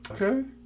Okay